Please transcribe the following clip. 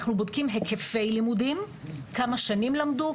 אנחנו בודקים היקפי לימודים כמה שנים למדו,